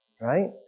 right